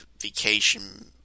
vacation